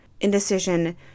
Indecision